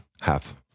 half